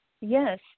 Yes